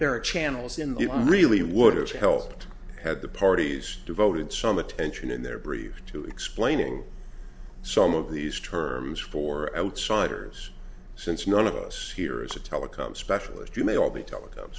there are channels in the you really would have helped had the parties devoted some attention in their brief to explaining some of these terms for outsiders since none of us here is a telecom specialist you may all be tele